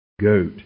goat